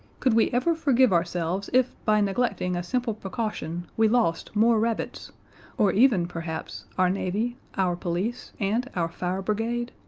could we ever forgive ourselves if by neglecting a simple precaution we lost more rabbits or even, perhaps, our navy, our police, and our fire brigade?